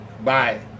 Bye